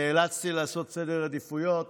נאלצתי לעשות סדר עדיפויות